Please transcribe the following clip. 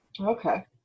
Okay